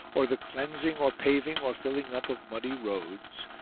or the cleansing or paving or filling up of muddy roads,